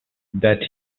that